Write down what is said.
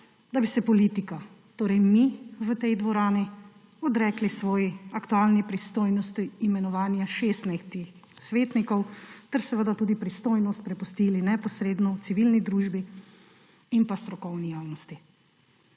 da bi se politika, torej mi v tej dvorani odrekli svoji aktualni pristojnosti imenovanja 16 svetnikov ter seveda tudi pristojnost prepustili neposredno civilni družbi in pa strokovni javnosti.